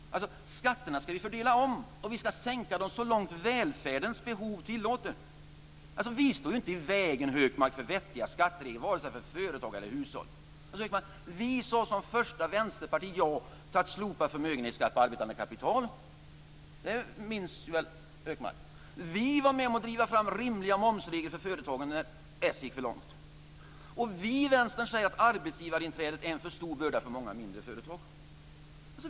Skatterna ska vi fördela om och vi ska sänka dem så långt välfärdens behov tillåter. Vi står inte i vägen för vettiga skatter, Hökmark, vare sig för företag eller hushåll. Alltså, Hökmark, sade vi som första vänsterparti ja till att slopa förmögenhetsskatt på arbetande kapital. Det minns väl Hökmark? Vi var med om att driva fram rimliga momsregler för företagen när s gick för långt. Vi i Vänstern säger att arbetsgivarinträdet är en för stor börda för många mindre företag.